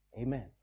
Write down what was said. Amen